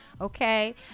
Okay